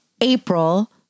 April